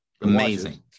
amazing